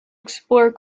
explore